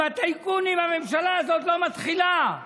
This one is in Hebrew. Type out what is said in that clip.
עם הטייקונים הממשלה הזו לא מתחילה.